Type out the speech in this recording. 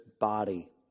body